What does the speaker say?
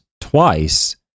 twice